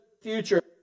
future